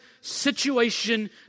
situation